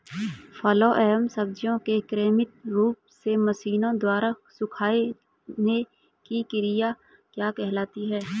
फलों एवं सब्जियों के कृत्रिम रूप से मशीनों द्वारा सुखाने की क्रिया क्या कहलाती है?